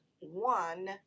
one